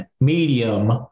medium